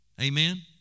Amen